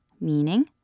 Meaning